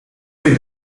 vind